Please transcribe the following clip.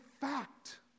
fact